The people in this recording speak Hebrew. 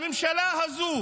הממשלה הזו